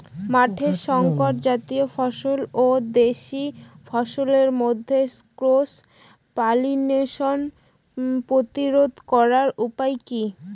মাঠের শংকর জাতীয় ফসল ও দেশি ফসলের মধ্যে ক্রস পলিনেশন প্রতিরোধ করার উপায় কি?